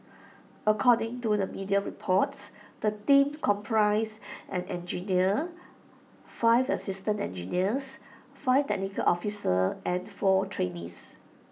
according to the media reports the team comprised an engineer five assistant engineers five technical officers and four trainees